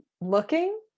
looking